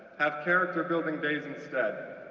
have character-building days instead.